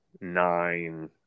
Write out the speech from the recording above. nine